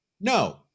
No